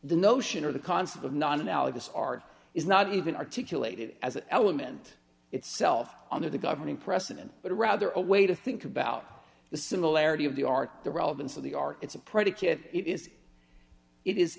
the notion or the concept of non analogous art is not even articulated as an element itself under the governing precedent but rather a way to think about the similarity of the art the relevance of the art it's a predicate if it is